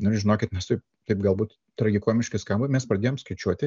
na ir žinokit mes taip taip galbūt tragikomiškai skamba mes pradėjom skaičiuoti